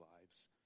lives